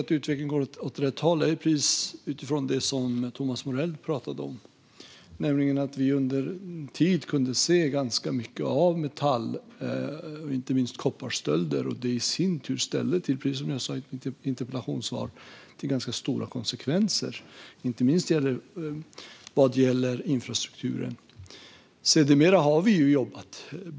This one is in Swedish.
Fru talman! Under en tid kunde vi se ganska mycket av inte minst kopparstölder. Det ställde i sin tur till ganska stora konsekvenser för infrastrukturen, precis som jag sa i mitt interpellationssvar och som Thomas Morell nämner.